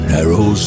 Narrow